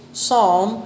psalm